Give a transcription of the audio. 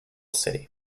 city